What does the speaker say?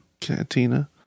Cantina